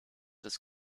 des